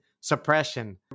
suppression